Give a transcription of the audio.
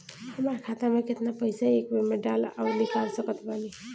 हमार खाता मे केतना पईसा एक बेर मे डाल आऊर निकाल सकत बानी?